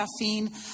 Caffeine